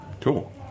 Cool